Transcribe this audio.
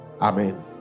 Amen